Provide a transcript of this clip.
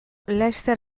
laster